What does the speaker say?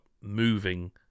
moving